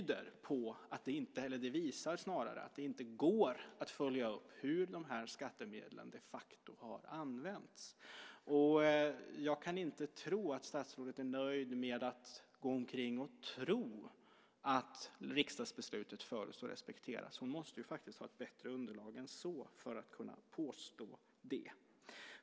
Det visar att det inte går att följa upp hur skattemedlen de facto har använts. Jag kan inte tro att statsrådet är nöjd med att gå omkring och tro att riksdagsbeslutet följs och respekteras. Hon måste ha ett bättre underlag än så för att kunna påstå det.